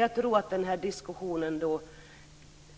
Jag tror att frågan om